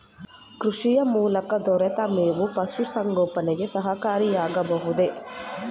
ಕೃಷಿ ಮೂಲಕ ದೊರೆತ ಮೇವು ಪಶುಸಂಗೋಪನೆಗೆ ಸಹಕಾರಿಯಾಗಬಹುದೇ?